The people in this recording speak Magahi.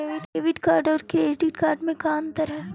डेबिट कार्ड और क्रेडिट कार्ड में अन्तर है?